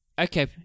Okay